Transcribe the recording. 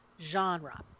genre